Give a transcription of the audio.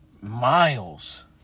Miles